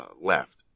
left